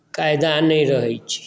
कायदा नहि रहैत छै